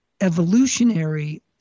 Evolutionary